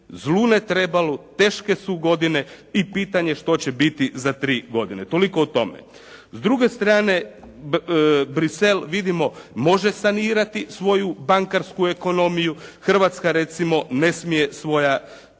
zlu ne trebalo, teške su godine i pitanje što će biti za tri godine. Toliko o tome. S druge strane Bruxelles vidimo može sanirati svoju bankarsku ekonomiju, Hrvatska recimo ne smije svoja